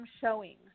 showing